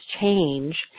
change